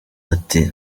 ati